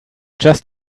just